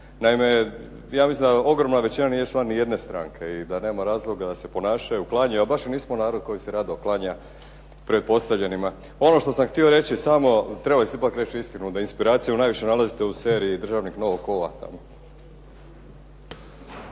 Naime, mislim da ogromna većina nije član nijedne stranke i da nema razloga da se ponašaju, klanjaju, a baš i nismo narod koji se rado klanja pretpostavljenima. Ono što sam htio reći samo, treba se ipak reći istinu da inspiraciju naviše nalazite u seriji "Državnik novog kova",